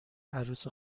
عروس